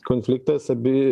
konfliktas abi